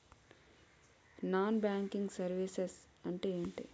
Non banking services అంటే ఎంటి?